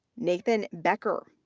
nathan becker,